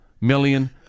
million